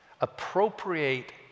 Appropriate